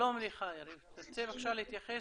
שלום לך יריב, תרצה להתייחס